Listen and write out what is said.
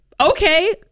okay